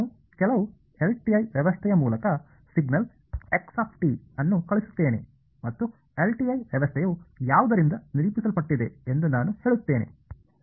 ನಾನು ಕೆಲವು LTI ವ್ಯವಸ್ಥೆಯ ಮೂಲಕ ಸಿಗ್ನಲ್ x ಅನ್ನು ಕಳುಹಿಸುತ್ತೇನೆ ಮತ್ತು LTI ವ್ಯವಸ್ಥೆಯು ಯಾವುದರಿಂದ ನಿರೂಪಿಸಲ್ಪಟ್ಟಿದೆ ಎಂದು ನಾನು ಹೇಳುತ್ತೇನೆ